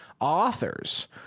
authors